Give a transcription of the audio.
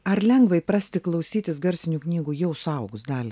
ar lengva įprasti klausytis garsinių knygų jau suaugus dalia